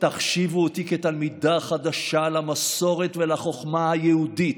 "תחשיבו אותי כתלמידה חדשה למסורת ולחוכמה היהודית,